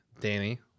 danny